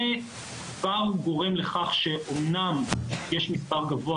זה כבר גורם לכך שאמנם יש מספר גבוה